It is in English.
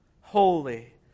Holy